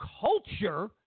culture